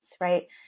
Right